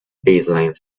baseline